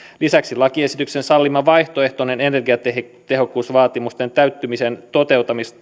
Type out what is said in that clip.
lisäksi lakiesityksen sallima vaihtoehtoinen energiatehokkuusvaatimusten täyttymisen